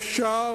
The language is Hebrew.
אפשר.